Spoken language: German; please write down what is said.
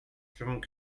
zum